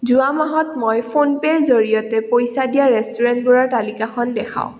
যোৱা মাহত মই ফোনপেৰ জৰিয়তে পইচা দিয়া ৰেষ্টুৰেণ্টবোৰৰ তালিকাখন দেখুৱাওক